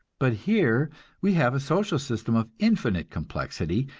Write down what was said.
but here we have a social system of infinite complexity,